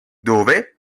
dove